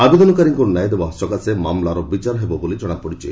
ଆବେଦନକାରୀଙ୍କୁ ନ୍ୟାୟ ଦେବା ପାଇଁ ମାମଲାର ବିଚାର ହେବ ବୋଲି ଜଣାପଡ଼ିଛି